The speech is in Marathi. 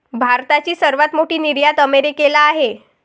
भारताची सर्वात मोठी निर्यात अमेरिकेला आहे